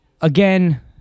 again